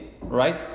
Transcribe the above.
right